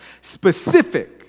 specific